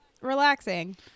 relaxing